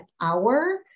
hour